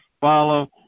follow